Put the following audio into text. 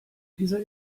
dieser